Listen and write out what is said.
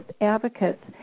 advocates